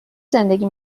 زندگی